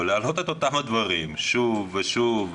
ולהעלות את הדברים שוב ושוב.